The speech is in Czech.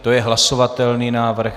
To je hlasovatelný návrh.